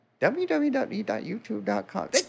www.youtube.com